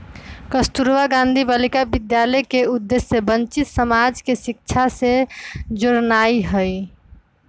कस्तूरबा गांधी बालिका विद्यालय के उद्देश्य वंचित समाज के शिक्षा से जोड़नाइ हइ